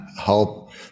help